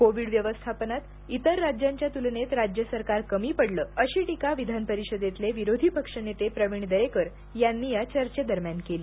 Covid व्यवस्थापनात इतर राज्यांच्या तुलनेत राज्य सरकार कमी पडले अशी टीका विधानपरिषदेतले विरोधी पक्षनेते प्रवीण दरेकर यांनी या चर्चेदरम्यान केली